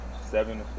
seven